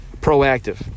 Proactive